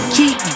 keep